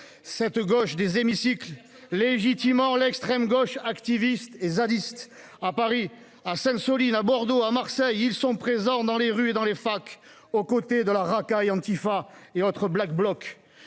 cette gauche des hémicycles qui légitime l'extrême gauche activiste et zadiste. À Paris, à Sainte-Soline, à Bordeaux, à Marseille, ils sont présents dans les rues et dans les facs, aux côtés de la racaille Antifa et autres Black Blocs.